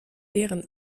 deren